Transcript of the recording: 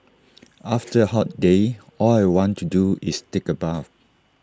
after A hot day all I want to do is take A bath